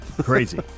crazy